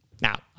Now